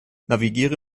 navigiere